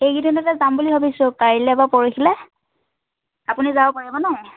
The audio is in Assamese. এইকেইদিনতে যাম বুলি ভাবিছোঁ কাইলৈ বা পৰখিলৈ আপুনি যাব পাৰিবনে